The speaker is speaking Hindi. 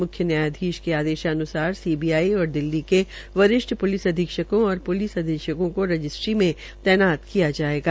म्ख्य न्यायाधीश के आदेशान्सार सीबीआई और दिल्ली के वरिष्ठ पुलिस अधीक्षकों और पुलिस अधीक्षकों को रजिस्ट्री में तैनात किया जायेगा